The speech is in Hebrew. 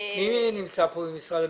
מי נמצא כאן ממשרד המשפטים?